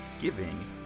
giving